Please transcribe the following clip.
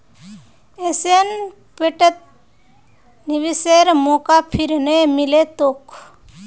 Asian पेंटत निवेशेर मौका फिर नइ मिल तोक